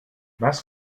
was